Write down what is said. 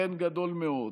כן גדול מאוד.